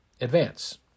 advance